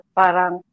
parang